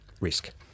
risk